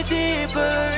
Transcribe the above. deeper